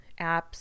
apps